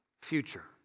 future